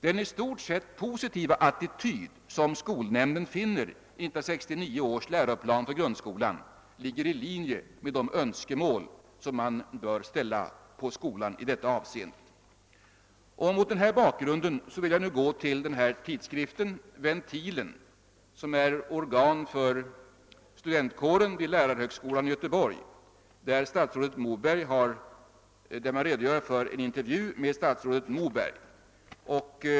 Den i stort sett positiva attityd, som skolnämnden finner i 1969 års läroplan för grundskolan, ligger i linje med de önskemål som man bör ställa på skolan i detta avseende. Mot denna bakgrund vill jag övergå till tidskriften Ventilen, som är organ för studentkåren vid lärarhögskolan i Göteborg. Där redogör man för en intervju med statsrådet Moberg.